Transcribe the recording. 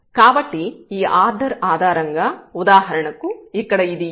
కాబట్టి ఈ ఆర్డర్ ఆధారంగా ఉదాహరణకు ఇక్కడ ఇది n లేదా ఇక్కడ ఇది 12